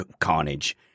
carnage